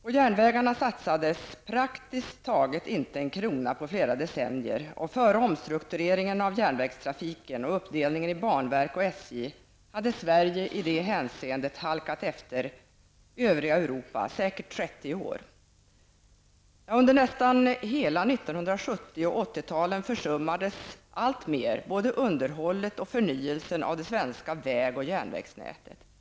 På järnvägarna satsades praktiskt taget inte en krona under flera decennier, och före omstruktureringen av järnvägstrafiken och uppdelningen i banverk och SJ hade Sverige i detta hänseende halkat efter övriga Europa säkert 30 år. Under nästan hela 70 och 80-talen försummades såväl underhållet som förnyelsen av det svenska väg och järnvägsnätet alltmer.